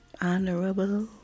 honorable